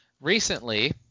recently